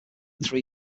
three